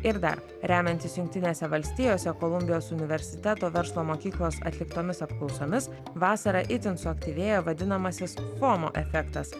ir dar remiantis jungtinėse valstijose kolumbijos universiteto verslo mokyklos atliktomis apklausomis vasarą itin suaktyvėja vadinamasis fomo efektas